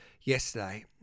yesterday